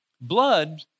Blood